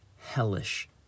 hellish